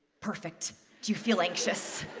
perfect do you feel anxious?